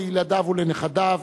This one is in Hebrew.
לילדיו ולנכדיו.